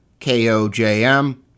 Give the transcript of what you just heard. KOJM